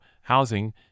housing